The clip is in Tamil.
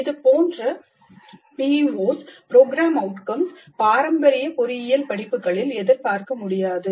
இதுபோன்ற POs பாரம்பரிய பொறியியல் படிப்புகளில் எதிர்பார்க்க முடியாது